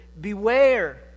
Beware